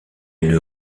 une